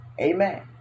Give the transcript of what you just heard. Amen